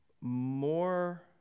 more